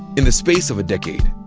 in the space of a decade,